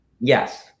Yes